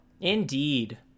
Indeed